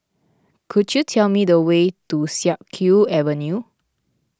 could you tell me the way to Siak Kew Avenue